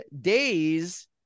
Days